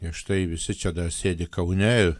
štai visi čia dar sėdi kaune ir